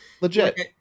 legit